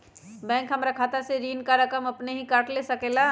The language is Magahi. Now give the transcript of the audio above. बैंक हमार खाता से ऋण का रकम अपन हीं काट ले सकेला?